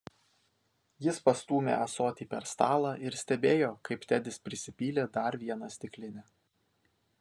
jis pastūmė ąsotį per stalą ir stebėjo kaip tedis prisipylė dar vieną stiklinę